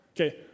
okay